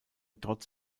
trotz